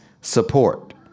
support